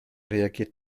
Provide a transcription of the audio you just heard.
reagiert